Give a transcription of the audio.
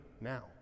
now